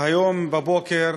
היום בבוקר